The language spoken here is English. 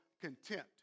contempt